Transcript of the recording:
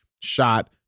shot